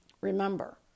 remember